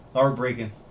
Heartbreaking